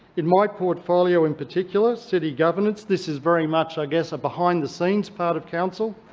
in my portfolio in particular, city governance, this is very much i guess a behind-the-scenes part of council.